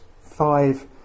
five